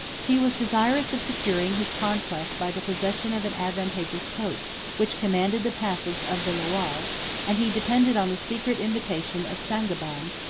he was desirous of securing his conquests by the possession of an advantageous post, which commanded the passage of the loire and he depended on the secret invitation of sangiban,